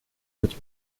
быть